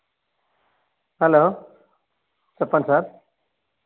hello చెప్పండి sir